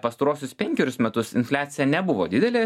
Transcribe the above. pastaruosius penkerius metus infliacija nebuvo didelė